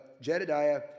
Jedediah